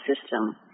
system